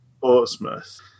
Portsmouth